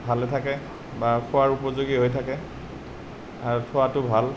ভালে থাকে বা খোৱাৰ উপযোগী হৈ থাকে আৰু থোৱাটো ভাল